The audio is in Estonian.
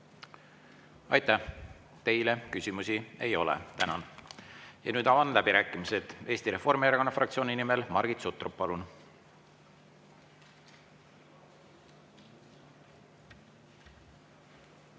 Aitäh! Teile küsimusi ei ole. Tänan! Nüüd avan läbirääkimised. Eesti Reformierakonna fraktsiooni nimel Margit Sutrop, palun!